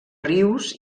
rius